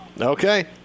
Okay